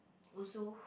also